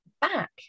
back